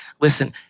listen